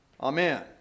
Amen